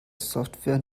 software